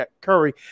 Curry